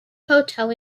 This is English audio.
hotel